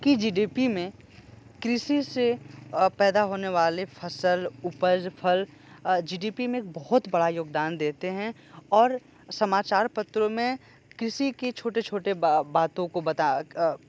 की G D P मे कृषि से पैदा होने वाली फसल उपज फल जी डी पी में बहुत बड़ा योगदान देते है और समाचार पत्रों में कृषि की छोटी छोटी बातों को बता